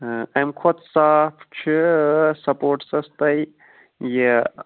ٲں امہِ کھۄتہٕ صاف چھِ سپوٹٕسس تۄہہِ یہِ